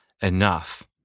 enough